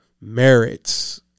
merits